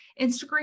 Instagram